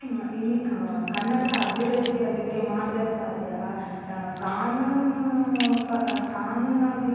ಇನ್ನು ಕನ್ನಡ ಅಭಿವೃದ್ಧಿ ಆಗಲಿಕೆ ಮಾತ್ರ ಸಾಧ್ಯ ಕಾನೂನು ಕಾನೂನು ಆಗಿ